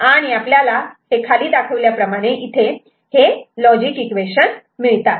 आणि आपल्याला खालील प्रमाणे दुसऱ्या सेट साठी इक्वेशन मिळतात